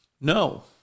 No